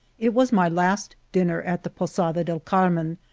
it was my last dinner at the posada del carmen,